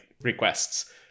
requests